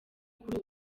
kuri